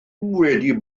wedi